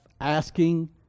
asking